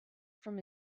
from